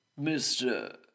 Mr